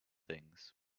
things